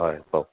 হয় কওক